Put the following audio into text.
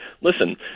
listen